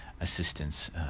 assistance